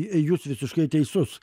jūs visiškai teisus